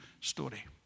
story